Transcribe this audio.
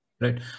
Right